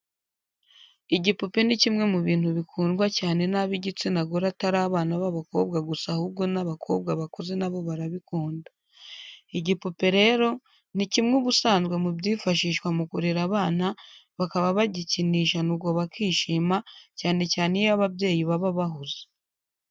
Igipupe ni kimwe mu bintu bikundwa cyane n'abigitsinagore atari abana b'abakobwa gusa ahubwo n'abakobwa bakuze na bo barabikunda. Igipupe rero ni kimwe ubusanzwe mu byifashishwa mu kurera abana bakaba bagikinisha nuko bakishima cyane cyane iyo ababyeyi baba bahuze.